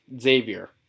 Xavier